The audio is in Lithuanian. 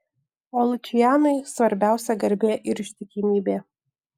o lučianui svarbiausia garbė ir ištikimybė